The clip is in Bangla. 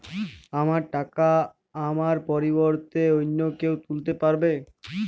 আমার টাকা আমার পরিবর্তে অন্য কেউ তুলতে পারবে?